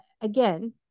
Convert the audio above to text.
Again